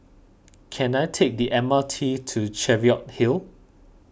can I take the M R T to Cheviot Hill